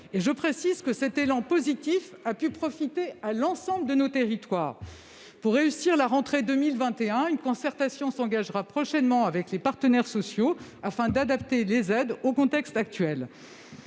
Je le précise, cet élan positif a pu profiter à l'ensemble de nos territoires. Pour réussir la rentrée de 2021, une concertation s'engagera prochainement avec les partenaires sociaux, afin d'adapter les aides au contexte actuel.